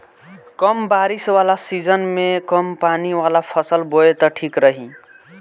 कम बारिश वाला सीजन में कम पानी वाला फसल बोए त ठीक रही